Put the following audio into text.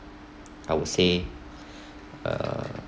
I would say uh